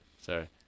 Sorry